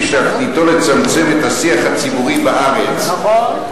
שתכליתו לצמצם את השיח הציבורי בארץ" נכון.